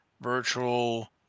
virtual